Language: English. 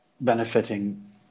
benefiting